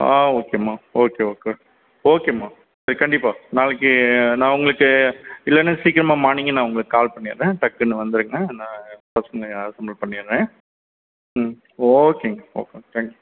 ஆ ஓகேம்மா okay okay ஓகேம்மா கண்டிப்பாக நாளைக்கு நான் உங்களுக்கு இல்லைன்னா சீக்கிரமாக மார்னிங்கே நான் உங்களுக்கு கால் பண்ணிடுறேன் டக்குனு வந்துடுங்க நான் பசங்களை அசம்பல் பண்ணிடுறேன் ம் ஓகேங்க ஓகே தேங்க் யூ